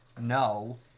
no